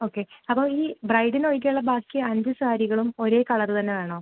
okay അപ്പോൾ ഈ ബ്രൈഡിനൊഴികെയുള്ള ബാക്കി അഞ്ച് സാരികളും ഒരേ കളർ തന്നെ വേണോ